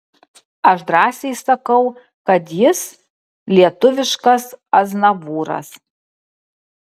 aš drąsiai sakau kad jis lietuviškas aznavūras